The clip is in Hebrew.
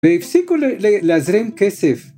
‫והפסיקו להזרים כסף.